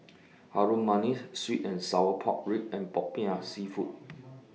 Harum Manis Sweet and Sour Pork Ribs and Popiah Seafood